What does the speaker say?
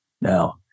now